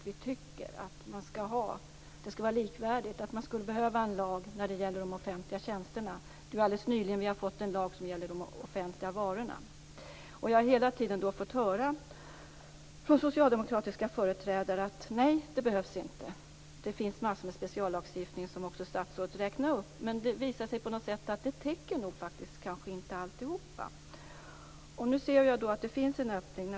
Vi tycker att det skall vara likvärdigt, att vi skulle behöva en lag när det gäller de offentliga tjänsterna. Det var alldeles nyligen vi fick en lag om de offentliga varorna. Jag har hela tiden fått höra från socialdemokratiska företrädare att nej, en sådan lag behövs inte. Det finns massor av speciallagstiftning, som statsrådet också räknade upp. Det visar sig att det inte täcker allt. Nu ser jag att det finns en öppning.